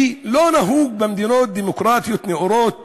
לא נהוג במדינות דמוקרטיות נאורות